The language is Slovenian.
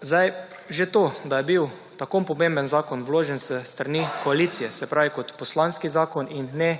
Zdaj že to, da je bil tako pomemben zakon vložen s strani koalicije, se pravi kot poslanski zakon in ne